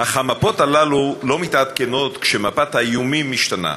אך המפות האלה לא מתעדכנות כשמפת האיומים משתנה,